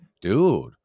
Dude